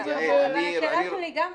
אני חייבת ללכת